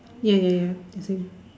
ya ya ya the same